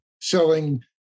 selling